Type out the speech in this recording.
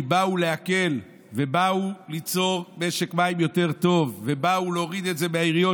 כי באו להקל ובאו ליצור משק מים יותר טוב ובאו להוריד את זה מהעיריות,